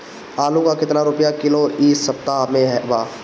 आलू का कितना रुपया किलो इह सपतह में बा?